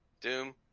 Doom